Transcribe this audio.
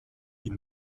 die